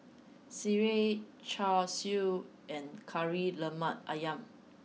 Sireh Char Siu and Kari Lemak Ayam